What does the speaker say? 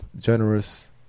generous